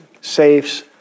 safes